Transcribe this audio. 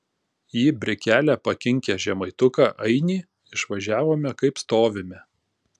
į brikelę pakinkę žemaituką ainį išvažiavome kaip stovime